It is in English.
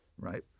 right